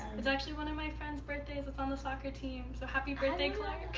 it's actually one of my friends birthdays that's on the soccer team. so happy birthday, clark.